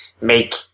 make